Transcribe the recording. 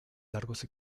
largos